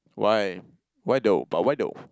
why why though but why though